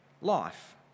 life